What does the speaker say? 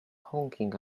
honking